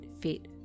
fit